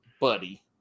buddy